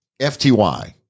FTY